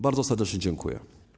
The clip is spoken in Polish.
Bardzo serdecznie dziękuję.